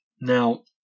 Now